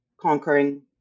conquering